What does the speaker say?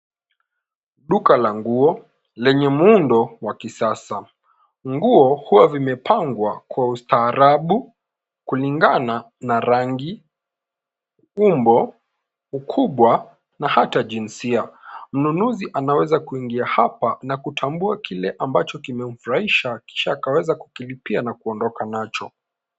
Duka la nguo lenye muundo wa kisasa. Nguo hua vimepangwa kwa ustaarabu kulingana na rangi, umbo, ukubwa, hata jinsia. Mnunuzi anaweza kuingia hapa na kutambua kile ambacho kimemfurahisha kisha akaweza kukilipia na kuondoka nacho.